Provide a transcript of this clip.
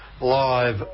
Live